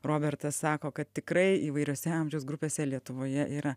robertas sako kad tikrai įvairiose amžiaus grupėse lietuvoje yra